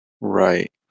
Right